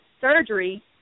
surgery